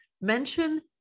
mention